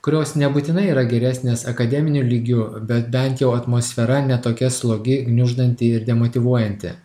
kurios nebūtinai yra geresnės akademiniu lygiu bet bent jau atmosfera ne tokia slogi gniuždanti ir demotyvuojanti